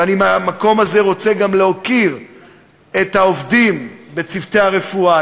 ואני מהמקום הזה רוצה גם להוקיר את העובדים בצוותי הרפואה,